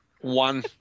One